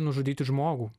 nužudyti žmogų